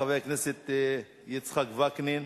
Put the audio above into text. חבר הכנסת יצחק וקנין,